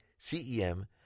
CEM